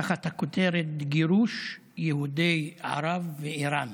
תחת הכותרת "גירוש יהודי ערב ואיראן".